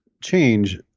change